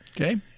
okay